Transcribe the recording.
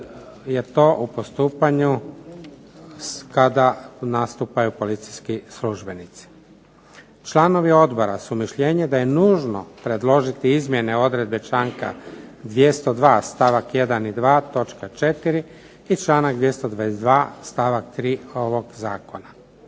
je to u postupanju kada nastupaju policijski službenici. Članovi odbora su mišljenja da je nužno predložiti izmjene odredbe članka 202. stavak 1. i 2. točka 4. i članak 222. stavak 3. ovog zakona.